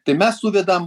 tai mes suvedam